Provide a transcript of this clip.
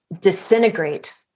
disintegrate